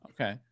Okay